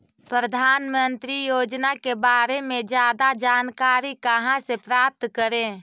प्रधानमंत्री योजना के बारे में जादा जानकारी कहा से प्राप्त करे?